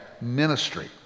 ministry